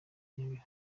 nyabihu